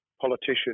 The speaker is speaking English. politician